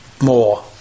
more